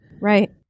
Right